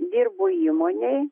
dirbu įmonėj